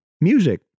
music